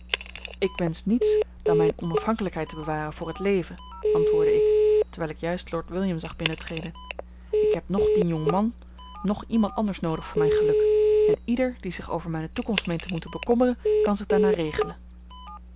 ik wensch niets dan mijne onafhankelijkheid te bewaren voor het leven antwoordde ik terwijl ik juist lord william zag binnentreden ik heb noch dien jonkman noch iemand anders noodig voor mijn geluk en ieder die zich over mijne toekomst meent te moeten bekommeren kan zich daarnaar regelen